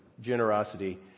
generosity